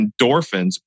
endorphins